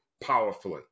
powerfully